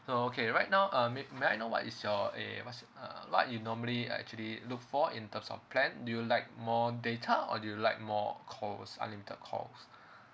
so okay right now um m~ may I know what is your eh what's uh what you normally actually look for in terms of plans do you like more data or do you like more calls unlimited calls